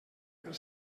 pel